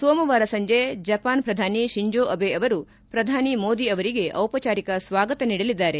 ಸೋಮವಾರ ಸಂಜೆ ಜಪಾನ್ ಪ್ರಧಾನಿ ಶಿನ್ಜೊ ಅಬೆ ಅವರು ಪ್ರಧಾನಿ ಮೋದಿ ಅವರಿಗೆ ಔಪಚಾರಿಕ ಸ್ನಾಗತ ನೀಡಲಿದ್ದಾರೆ